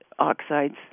oxides